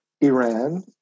Iran